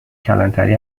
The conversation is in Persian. کلانتری